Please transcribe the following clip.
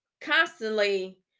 constantly